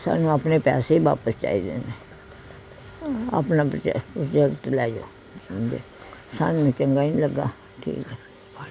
ਸਾਨੂੰ ਆਪਣੇ ਪੈਸੇ ਵਾਪਸ ਚਾਹੀਦੇ ਨੇ ਆਪਣਾ ਪਜੋ ਪ੍ਰੋਜੈਕਟ ਲੈ ਜਾਉ ਹਾਂਜੀ ਸਾਨੂੰ ਚੰਗਾ ਨਹੀਂ ਲੱਗਾ ਠੀਕ ਹੈ